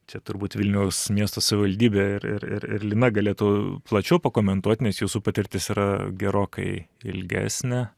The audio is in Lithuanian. čia turbūt vilniaus miesto savivaldybė ir ir ir ir lina galėtų plačiau pakomentuot nes jūsų patirtis yra gerokai ilgesnė